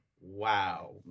wow